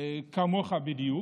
כמוך בדיוק,